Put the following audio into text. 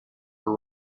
your